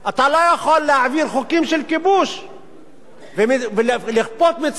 אתה לא יכול להעביר חוקים של כיבוש ולכפות מציאות